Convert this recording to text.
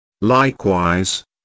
Likewise